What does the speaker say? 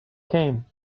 came